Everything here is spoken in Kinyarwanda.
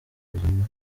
b’ubuzima